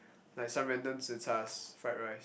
like some random zhichar fried rice